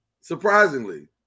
surprisingly